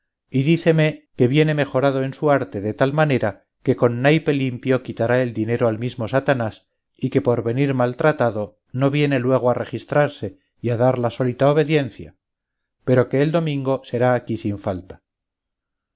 y díceme que viene mejorado en su arte de tal manera que con naipe limpio quitará el dinero al mismo satanás y que por venir maltratado no viene luego a registrarse y a dar la sólita obediencia pero que el domingo será aquí sin falta